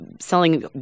selling